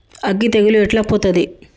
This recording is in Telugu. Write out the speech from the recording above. అగ్గి తెగులు ఎట్లా పోతది?